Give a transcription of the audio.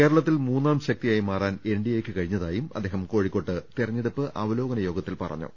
കേരളത്തിൽ മൂന്നാം ശക്തിയായി മാറാൻ എൻ ഡി എയ്ക്ക് കഴിഞ്ഞതായും അദ്ദേഹം കോഴിക്കോട്ട് തെരഞ്ഞെടുപ്പ് അവലോകന യോഗത്തിൽ പറഞ്ഞു